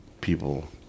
people